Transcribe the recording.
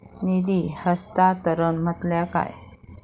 निधी हस्तांतरण म्हटल्या काय?